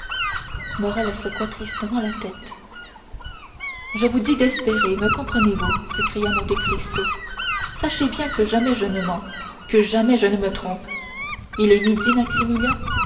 morrel secoua tristement la tête je vous dis d'espérer me comprenez-vous s'écria monte cristo sachez bien que jamais je ne mens que jamais je ne me trompe il est midi